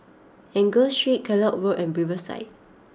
Angus Street Kellock Road and Riverside